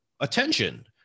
Attention